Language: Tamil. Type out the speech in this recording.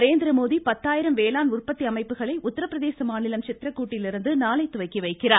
நரேந்திரமோடி பத்தாயிரம் வேளாண் உற்பத்தி அமைப்புகளை உத்திரபிரதேச மாநிலம் சித்ரக்கூட்டிலிருந்து நாளை துவக்கி வைக்கிறார்